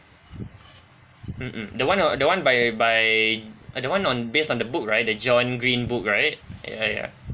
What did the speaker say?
mm mm the one the one by by uh the one on based on the book right the john green book right ya ya